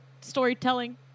storytelling